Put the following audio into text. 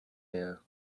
ear